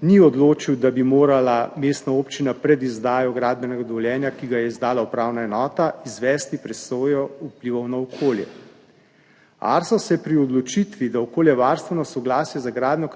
ni odločil, da bi morala mestna občina pred izdajo gradbenega dovoljenja, ki ga je izdala upravna enota, izvesti presojo vplivov na okolje. ARSO se je pri odločitvi, da okoljevarstveno soglasje za gradnjo